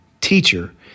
Teacher